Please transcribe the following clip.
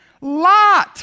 Lot